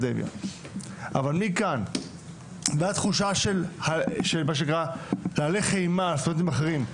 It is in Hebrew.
אבל מכאן ועד תחושה של מה שנקרא להלך אימה על סטודנטים אחרים,